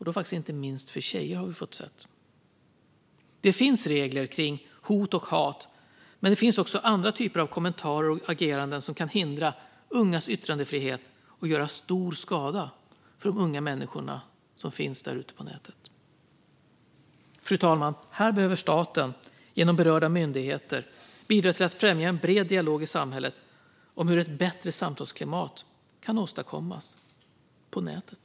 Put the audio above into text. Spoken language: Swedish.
Det gäller inte minst för tjejer, har vi fått se. Det finns regler kring hot och hat, men det finns också andra typer av kommentarer och ageranden som kan hindra ungas yttrandefrihet och göra stor skada för de unga människor som finns där ute på nätet. Fru talman! Här behöver staten, genom berörda myndigheter, bidra till att främja en bred dialog i samhället om hur ett bättre samtalsklimat kan åstadkommas på nätet.